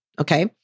okay